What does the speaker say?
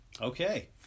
okay